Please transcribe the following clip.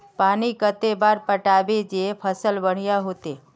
पानी कते बार पटाबे जे फसल बढ़िया होते?